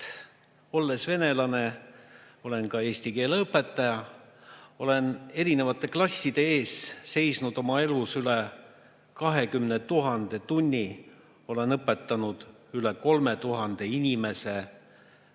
olles venelane, olen ka eesti keele õpetaja. Olen erinevate klasside ees seisnud oma elus üle 20 000 tunni, olen õpetanud üle 3000 inimese.